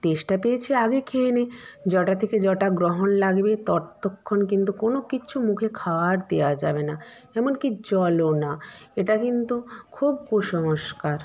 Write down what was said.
তৃষ্ণা পেয়েছে আগে খেয়ে নে যটার থেকে যটা গ্রহণ লাগবে ততক্ষণ কিন্তু কোনো কিচ্ছু মুখে খাওয়ার দেওয়া যাবে না এমনকি জলও না এটা কিন্তু খুব কুসংস্কার